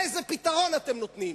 איזה פתרון אתם נותנים?